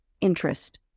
interest